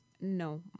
no